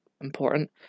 important